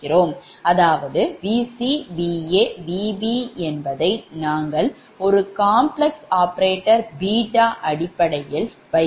அதாவது Vc VaVb என்பதை நாங்கள் ஒரு complex operator அடிப்படையில் வைக்கிறோம்